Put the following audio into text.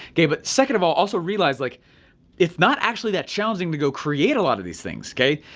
okay but second of all, also realize, like it's not actually that challenging to go create a lot of these things, okay?